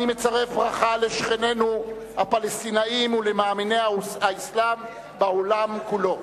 אני מצרף ברכה לשכנינו הפלסטינים ולמאמיני האסלאם בעולם כולו: